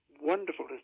wonderful